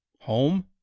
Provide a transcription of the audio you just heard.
home